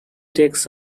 takes